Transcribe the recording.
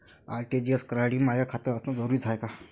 RTGS करासाठी माय खात असनं जरुरीच हाय का?